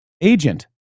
agent